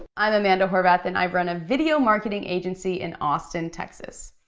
i'm amanda horvath, and i run a video marketing agency in austin, texas.